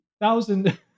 Thousand